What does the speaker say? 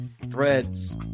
Threads